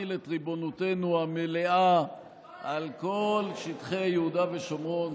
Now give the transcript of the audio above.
שנחיל את ריבונותנו המלאה על כל שטחי יהודה ושומרון.